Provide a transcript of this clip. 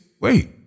wait